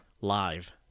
live